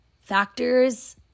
factors